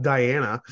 Diana